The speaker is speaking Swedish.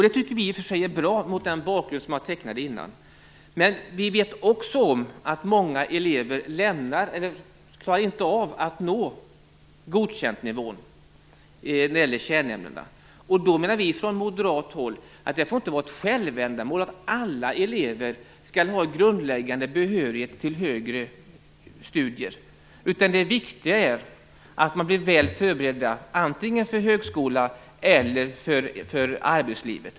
Det tycker vi i och för sig är bra, men vi vet också om att många elever inte klarar av att nå godkäntnivån i kärnämnena. Vi menar från moderat håll att det inte får vara ett självändamål att alla elever skall ha en grundläggande behörighet till högre studier, utan det viktiga är att eleverna blir väl förberedda antingen för högskola eller för arbetsliv.